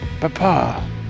Papa